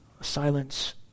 silence